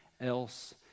else